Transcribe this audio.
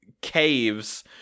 caves